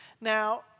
Now